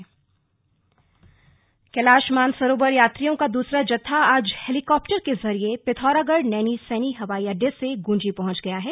कैलाश मानसरोवर यात्रा कैलाश मानसरोवर यात्रियों का दूसरा जत्था आज हेलीकॉप्टर के ज़रिए पिथौरागढ़ नैनी सैनी हवाई अड्डे से गूंजी पहंच गया है